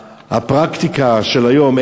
הפרקטיקה של היום,